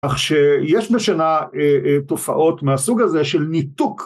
אך שיש בשינה תופעות מהסוג הזה של ניתוק